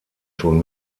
schon